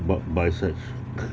bi~ bisexu~